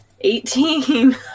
Eighteen